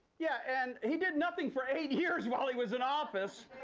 yeah, and he did nothing for eight years while he was in office,